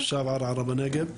כן, תושב ערערה בנגב.